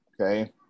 okay